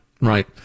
right